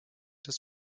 des